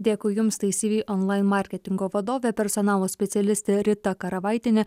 dėkui jums tai cv online marketingo vadovė personalo specialistė rita karavaitienė